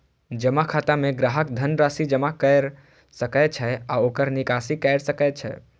जमा खाता मे ग्राहक धन राशि जमा कैर सकै छै आ ओकर निकासी कैर सकै छै